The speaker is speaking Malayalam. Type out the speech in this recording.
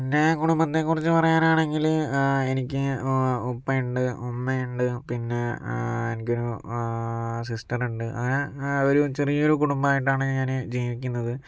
എൻ്റെ കുടുംബത്തെക്കുറിച്ച് പറയാനാണെങ്കിൽ എനിക്ക് ഉപ്പയുണ്ട് ഉമ്മയുണ്ട് പിന്നെ എനിക്കൊരു സിസ്റ്ററുണ്ട് അങ്ങനെ ഒരു ചെറിയൊരു കുടുംബമായിട്ടാണ് ഞാന് ജീവിക്കുന്നത്